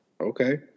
Okay